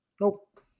Nope